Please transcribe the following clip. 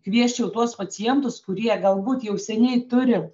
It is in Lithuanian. kviesčiau tuos pacientus kurie galbūt jau seniai turi